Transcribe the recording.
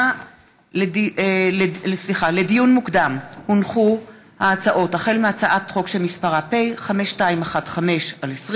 לדיון מוקדם, החל בהצעת חוק פ/5215/20